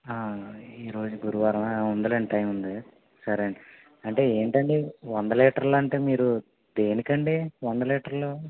ఆ ఈ రోజు గురువారం ఆ ఉందిలెండి టైమ్ ఉంది సరే అంటే ఏంటండీ వంద లీటర్లు అంటే మీరు దేనికి అండి వంద లీటర్లు